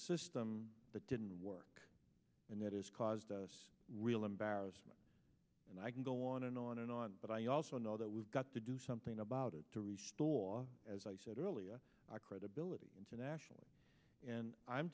system that didn't work and that has caused a real embarrassment and i can go on and on and on but i also know that we've got to do something about it or as i said earlier our credibility internationally and i'm